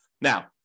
Now